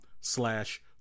slash